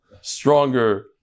stronger